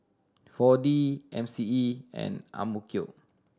Four D M C E and AMK